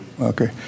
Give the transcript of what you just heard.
Okay